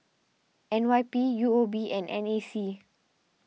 N Y P U O B and N A C